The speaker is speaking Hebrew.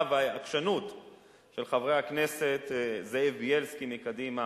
והעקשנות של חברי הכנסת זאב בילסקי מקדימה